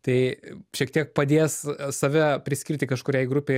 tai šiek tiek padės save priskirti kažkuriai grupei